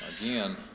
Again